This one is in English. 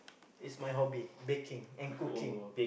is my hobby baking and cooking